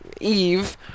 eve